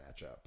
matchup